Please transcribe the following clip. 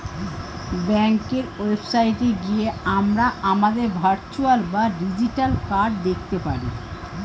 ব্যাঙ্কের ওয়েবসাইটে গিয়ে আমরা আমাদের ভার্চুয়াল বা ডিজিটাল কার্ড দেখতে পারি